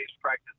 practice